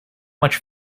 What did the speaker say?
much